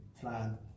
plan